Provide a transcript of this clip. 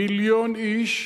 מיליון איש,